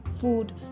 food